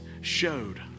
showed